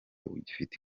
bufite